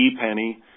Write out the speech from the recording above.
penny